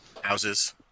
houses